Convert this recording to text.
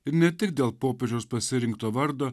ir ne tik dėl popiežiaus pasirinkto vardo